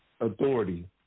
authority